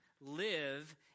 live